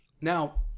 Now